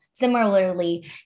Similarly